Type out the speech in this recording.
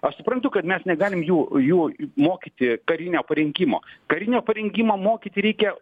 aš suprantu kad mes negalim jų jų mokyti karinio parengimo karinio parengimo mokyti reikia